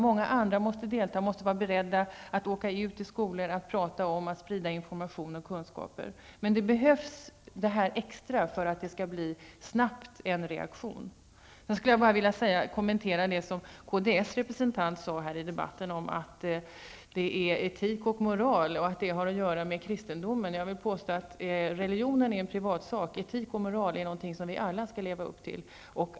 Många andra måste delta, vara beredda att åka ut till skolor och prata, att sprida information och kunskaper. Men det behövs något extra för att det skall bli en reaktion snabbt. Jag vill också kommentera det som kds representant sade i debatten om etik och moral och att det har att göra med kristendomen. Jag vill påstå att religionen är en privatsak. Etik och moral är någonting som vi alla skall leva upp till.